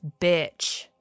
bitch